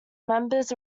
members